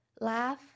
laugh